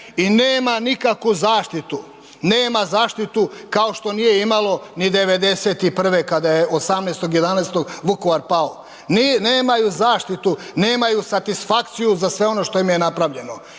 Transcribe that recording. i nema nikakvu zaštitu, nema zaštitu kao što nije imalo ni '91.-e kada je 18.11. Vukovar pao. Nemaju zaštitu, nemaju satisfakciju za sve ono što im je napravljeno